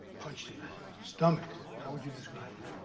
punched in the stomach. how would you describe